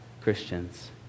Christians